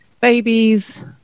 babies